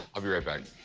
i'll be right back. i